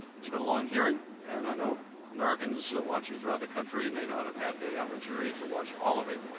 it has been a long hearing, and i know americans so watching throughout the country may not have had the opportunity to watch all of it,